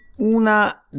una